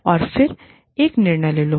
और फिर एक निर्णय ले लो